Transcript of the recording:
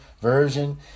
version